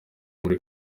muri